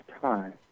time